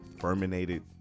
fermented